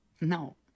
no